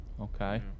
okay